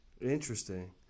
Interesting